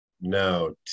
No